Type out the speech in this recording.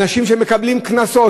אנשים שמקבלים קנסות,